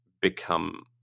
become